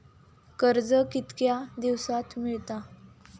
कर्ज कितक्या दिवसात मेळता?